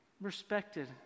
Respected